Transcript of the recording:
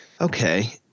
okay